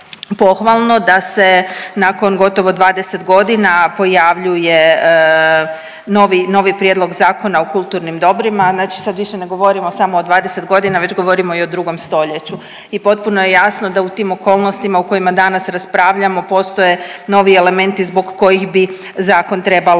da se nakon gotovo 20 godina pojavljuje novi Prijedlog zakona o kulturnim dobrima. Znači sad više ne govorimo samo o 20 godina već govorimo i o drugom stoljeću i potpuno je jasno da u tim okolnostima u kojima danas raspravljamo postoje novi elementi zbog kojih bi zakon trebalo